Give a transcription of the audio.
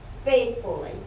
Faithfully